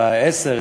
ב-10,